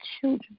children